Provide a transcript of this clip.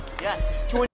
Yes